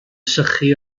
sychu